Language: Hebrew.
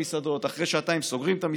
אחר כך זה לא הריבונות,